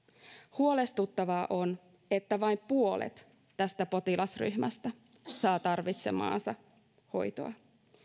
huolestuttavaa on että vain puolet tästä potilasryhmästä saa tarvitsemaansa hoitoa